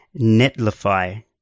Netlify